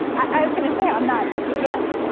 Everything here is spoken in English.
i was going to say. i'm not yet.